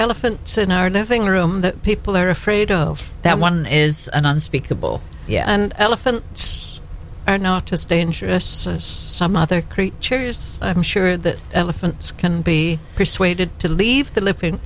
elephants in our living room that people are afraid of that one is an unspeakable yeah and elephants are not just a interests of some other creatures i'm sure that elephants can be persuaded to leave the l